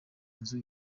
nzu